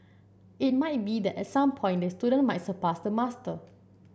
it might be that at some point the student might surpass the master